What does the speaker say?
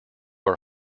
are